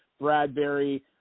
Bradbury